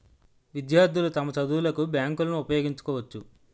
విద్యార్థులు తమ చదువులకు బ్యాంకులను ఉపయోగించుకోవచ్చు